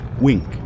wink